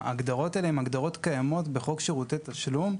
ההגדרות האלה הן הגדרות קיימות בחוק שירותי תשלום.